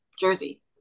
Jersey